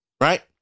Right